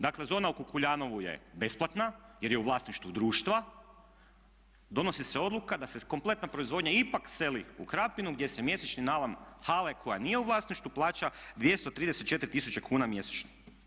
Dakle zona u Kukuljanovu je besplatna jer je u vlasništvu društva, donosi se odluka da se kompletna proizvodnja ipak seli u Krapinu gdje se mjesečni najam hale koja nije u vlasništvu plaća 234 tisuće kuna mjesečno.